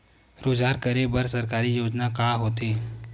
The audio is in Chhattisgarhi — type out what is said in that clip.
रोजगार करे बर सरकारी योजना का का होथे?